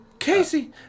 Casey